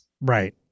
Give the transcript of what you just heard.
Right